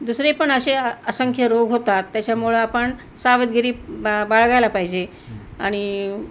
दुसरे पण असे असंख्य रोग होतात त्याच्यामुळं आपण सावधगिरी बा बाळगायला पाहिजे आणि